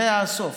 זה הסוף.